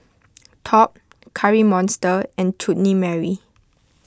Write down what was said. Top Curry Monster and Chutney Mary